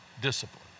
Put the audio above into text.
Discipline